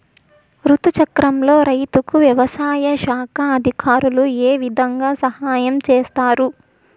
రుతు చక్రంలో రైతుకు వ్యవసాయ శాఖ అధికారులు ఏ విధంగా సహాయం చేస్తారు?